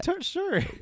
sure